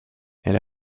elle